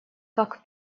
как